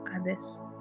others